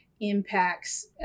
impacts